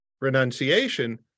renunciation